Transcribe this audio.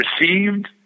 received